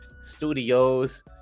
Studios